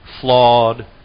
flawed